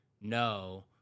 no